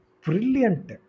brilliant